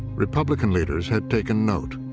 republican leaders had taken note.